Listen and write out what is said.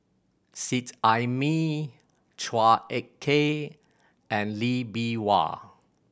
Seet Ai Mee Chua Ek Kay and Lee Bee Wah